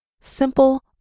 simple